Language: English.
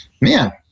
man